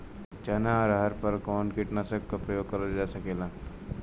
चना अरहर पर कवन कीटनाशक क प्रयोग कर जा सकेला?